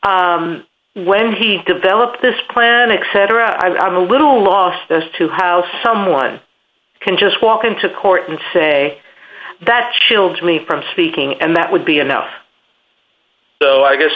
made when he developed this plan except route i'm a little lost as to how someone can just walk into court and say that chilled me from speaking and that would be enough so i guess